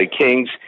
Kings